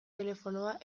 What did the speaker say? telefonoa